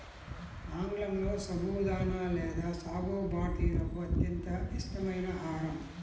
ఆంగ్లంలో సబుదానా లేదా సాగో భారతీయులకు అత్యంత ఇష్టమైన ఆహారం